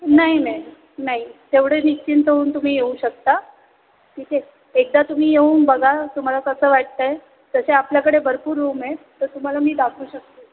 नाही मॅम नाही तेवढे निश्चिंत होऊन तुम्ही येऊ शकता ठीक आहे एकदा तुम्ही येऊन बघा तुम्हाला कसं वाटतं आहे तसे आपल्याकडे भरपूर रूम आहेत तर तुम्हाला मी दाखवू शकते